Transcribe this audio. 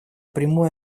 прямое